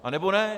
Anebo ne.